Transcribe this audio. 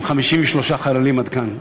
עם 53 חללים עד כאן.